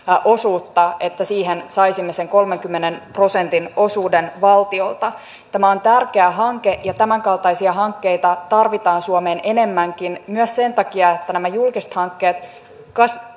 osuutta että siihen saisimme sen kolmenkymmenen prosentin osuuden valtiolta tämä on tärkeä hanke ja tämänkaltaisia hankkeita tarvitaan suomeen enemmänkin myös sen takia että nämä julkiset hankkeet